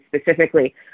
specifically